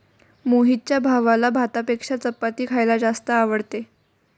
मोहितच्या भावाला भातापेक्षा चपाती खायला जास्त आवडते